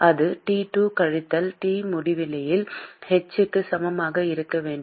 அது T2 கழித்தல் T முடிவிலியில் h க்கு சமமாக இருக்க வேண்டும்